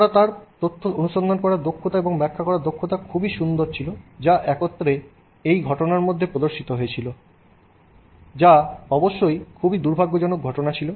তোরা তার তথ্য অনুসন্ধান করার দক্ষতা এবং ব্যাখ্যা করার দক্ষতা খুবই সুন্দর ছিল যা একত্রে এই ঘটনার মধ্যে প্রদর্শিত হয়েছিল যা অবশ্যই খুবই দুর্ভাগ্যজনক ঘটনা ছিল